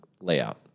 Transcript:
layout